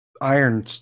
iron